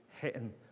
hitting